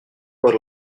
par